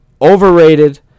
overrated